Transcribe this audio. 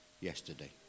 yesterday